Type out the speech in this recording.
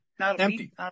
Empty